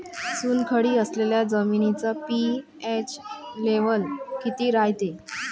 चुनखडी असलेल्या जमिनीचा पी.एच लेव्हल किती रायते?